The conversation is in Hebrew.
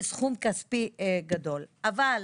סכום כספי גדול, אבל